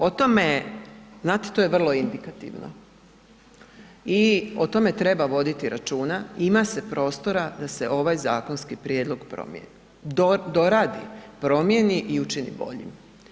O tome, znate, to je vrlo indikativno i o tome treba voditi računa, ima se prostora da se ovaj zakonski prijedlog promijeni, doradi, promijeni i učini boljim.